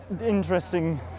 interesting